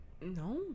No